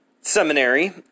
seminary